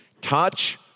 touch